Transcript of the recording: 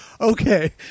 okay